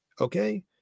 Okay